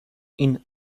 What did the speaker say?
این